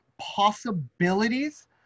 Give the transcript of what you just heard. possibilities